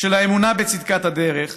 של האמונה בצדקת הדרך